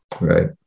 Right